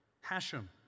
Hashem